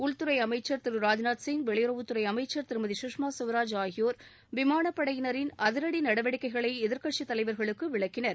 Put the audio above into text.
உள்துறை அமைச்சர் திரு ராஜ்நாத் சிங் வெளியுறவுத்துறை அமைச்சர் திருமதி சுஷ்மா சுவாஜ் ஆகியோர் விமானப்படையினரின் அதிரடி நடவடிக்கைகளை எதிர்க்கட்சித் தலைவர்களுக்கு விளக்கினர்